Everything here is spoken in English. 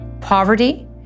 poverty